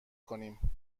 کنیم